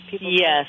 yes